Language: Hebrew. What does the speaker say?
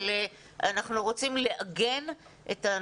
אבל אנחנו רוצים לעגן,